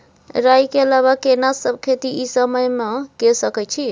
राई के अलावा केना सब खेती इ समय म के सकैछी?